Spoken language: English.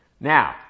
Now